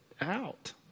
out